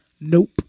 Nope